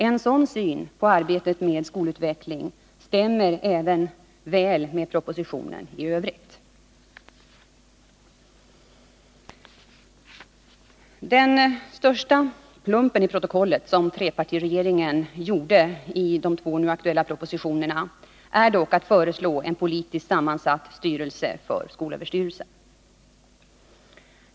En sådan syn på arbetet med skolutveckling stämmer även väl med propositionen i övrigt. Den största plump i protokollet som trepartiregeringen gjort i de två nu aktuella propositionerna är dock att föreslå en politiskt sammansatt styrelse för skolöverstyrelsen.